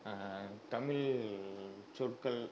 தமிழ் சொற்கள்